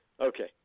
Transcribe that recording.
Okay